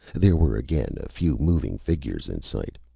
there were again a few moving figures in sight.